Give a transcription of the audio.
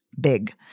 big